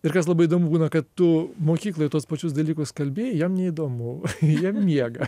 ir kas labai įdomu būna kad tu mokykloj tuos pačius dalykus kalbi jiem neįdomu jie miega